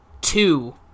two